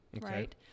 right